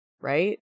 Right